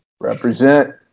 Represent